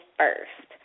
first